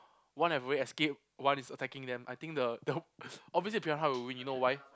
one have already escaped one is attacking them I think the the obviously the piranha will win you know why